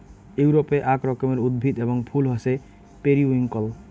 ইউরোপে আক রকমের উদ্ভিদ এবং ফুল হসে পেরিউইঙ্কেল